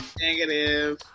Negative